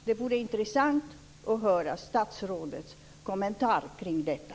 Det vore intressant att höra statsrådets kommentar kring detta.